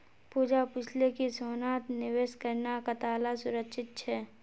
पूजा पूछले कि सोनात निवेश करना कताला सुरक्षित छे